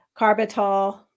carbitol